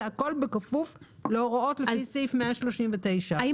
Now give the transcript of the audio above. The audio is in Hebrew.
זה הכול בכפוף להוראות לפי סעיף 139. אם